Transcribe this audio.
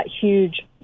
huge